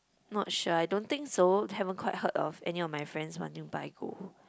not sure I don't think so haven't quite heard of any of my friends wanting to buy gold